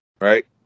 Right